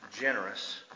generous